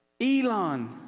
Elon